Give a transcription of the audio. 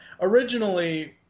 originally